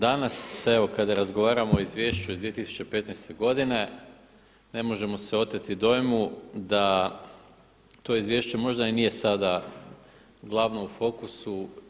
Danas evo kad razgovaramo o Izvješću iz 2015. godine ne možemo se oteti dojmu da to izvješće možda i nije sada glavno u fokusu.